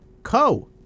Co